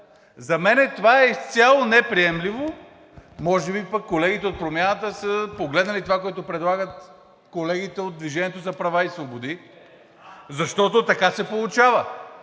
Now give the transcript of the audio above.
За мен това е изцяло неприемливо. Може би пък колегите от Промяната да са погледнали това, което предлагат колегите от „Движение за права и свободи“, защото така се получава.